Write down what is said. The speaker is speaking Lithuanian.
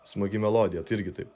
smagi melodija tai irgi taip